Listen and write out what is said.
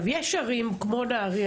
יש ערים כמו נהריה,